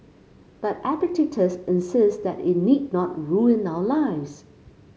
but Epictetus insists that it need not ruin our lives